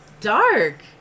Dark